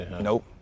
Nope